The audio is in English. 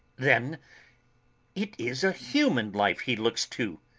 then it is a human life he looks to!